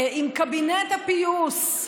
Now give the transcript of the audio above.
עם קבינט הפיוס,